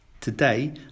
Today